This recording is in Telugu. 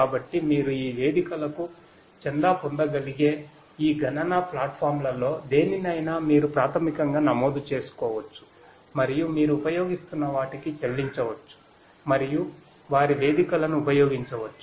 కాబట్టి మీరు ఈ వేదికలకు చందా పొందగలిగే ఈ గణన ప్లాట్ఫామ్లలో దేనినైనా మీరు ప్రాథమికంగా నమోదు చేసుకోవచ్చు మరియు మీరు ఉపయోగిస్తున్న వాటికి చెల్లించవచ్చు మరియు వారి వేదికలను ఉపయోగించవచ్చు